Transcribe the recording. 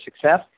success